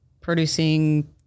producing